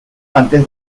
antes